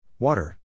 Water